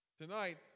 tonight